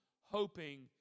hoping